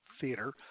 Theater